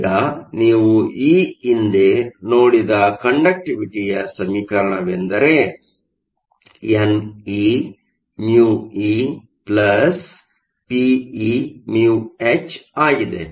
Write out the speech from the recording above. ಈಗ ನೀವು ಈ ಹಿಂದೆ ನೋಡಿದ ಕಂಡಕ್ಟಿವಿಟಿ ಯ ಸಮೀಕರಣವೆಂದರೆ neμe peμh ಆಗಿದೆ